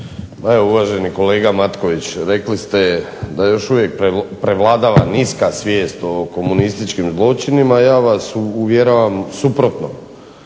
uvaženi kolega Matković, rekli ste da još uvijek prevladava niska svijest o komunističkim zločinima. Ja vas uvjeravam suprotno,